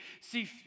see